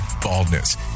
baldness